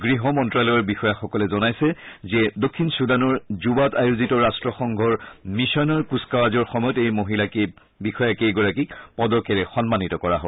গৃহ মন্ত্ৰালয়ৰ বিষয়াসকলে জনাইছে যে দক্ষিণ ছুডানৰ জুবাত আয়োজিত ৰাট্ৰসংঘৰ মিছনৰ কুচকাৱাজৰ সময়ত এই মহিলা বিষয়াকেইগৰাকীক পদকেৰে সন্মানিত কৰা হয়